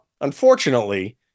unfortunately